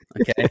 Okay